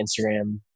Instagram